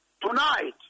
Tonight